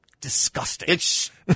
disgusting